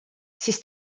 siis